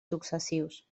successius